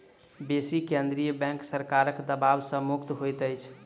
बेसी केंद्रीय बैंक सरकारक दबाव सॅ मुक्त होइत अछि